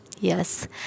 yes